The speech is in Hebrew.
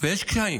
ויש קשיים,